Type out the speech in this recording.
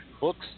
books